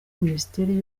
minisiteri